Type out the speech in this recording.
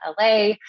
LA